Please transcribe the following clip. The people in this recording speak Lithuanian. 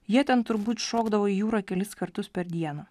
jie ten turbūt šokdavo į jūrą kelis kartus per dieną